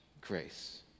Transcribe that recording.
grace